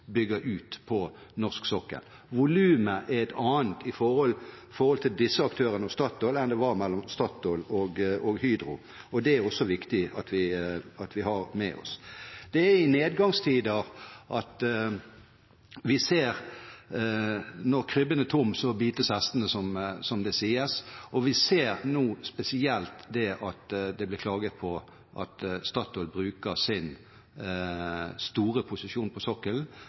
ut på norsk sokkel. Volumet er et annet mellom disse aktørene og Statoil enn det var mellom Statoil og Hydro. Det er det også viktig at vi har med oss. Når krybben er tom, bites hestene, som det sies – og vi ser nå, i nedgangstider, at det spesielt blir klaget på at Statoil bruker sin store posisjon på sokkelen